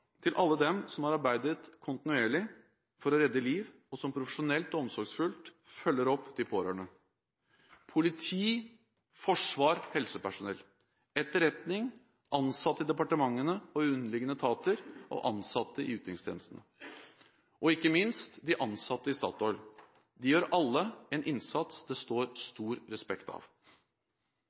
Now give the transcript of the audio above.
til alle dem som har arbeidet kontinuerlig for å redde liv, og som profesjonelt og omsorgsfullt følger opp de pårørende: politi, forsvar, helsepersonell, etterretning, ansatte i departementene og underliggende etater, ansatte i utenrikstjenesten, og, ikke minst, de ansatte i Statoil. De gjør alle en innsats det står stor respekt av.